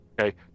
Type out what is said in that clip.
Okay